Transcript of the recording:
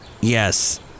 yes